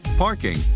parking